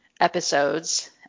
episodes